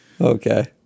Okay